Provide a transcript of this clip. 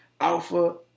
alpha